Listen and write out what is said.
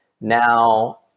now